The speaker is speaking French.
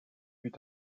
buts